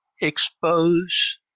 expose